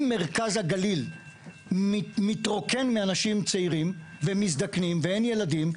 אם מרכז הגליל מתרוקן מאנשים צעירים ומזדקנים ואין ילדים,